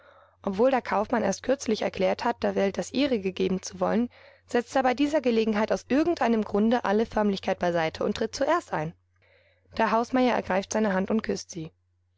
obwohl der kaufmann erst kürzlich erklärt hat der welt das ihrige geben zu wollen setzt er bei dieser gelegenheit aus irgendeinem grunde alle förmlichkeit beiseite und tritt zuerst ein der hausmeier ergreift seine hand und küßt sie